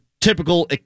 typical